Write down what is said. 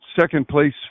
second-place